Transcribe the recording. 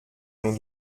l’ont